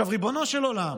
ריבונו של עולם,